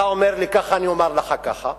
אתה אומר לי ככה ואני אומר לך ככה,